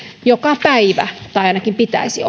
joka päivä tai ainakin hänen pitäisi